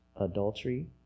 adultery